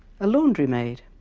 a laundry maid,